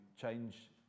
change